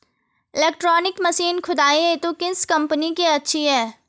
Electronic machine खुदाई हेतु किस कंपनी की अच्छी है?